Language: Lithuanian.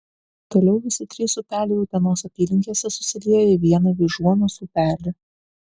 toliau visi trys upeliai utenos apylinkėse susilieja į vieną vyžuonos upelį